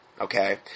Okay